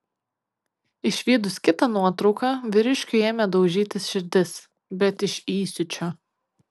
išvydus kitą nuotrauką vyriškiui ėmė daužytis širdis bet iš įsiūčio